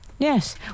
Yes